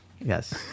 yes